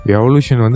Evolution